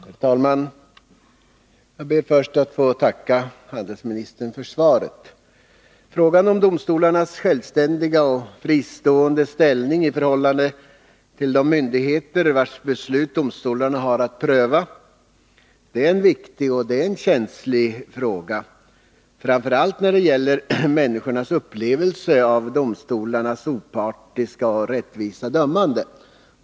Herr talman! Jag ber först att få tacka handelsministern för svaret. Frågan om domstolarnas självständiga och fristående ställning i förhållande till de myndigheter vilkas beslut domstolarna har att pröva är en viktig och känslig fråga framför allt när det gäller människornas upplevelse av domstolarnas opartiska och rättvisa dömande.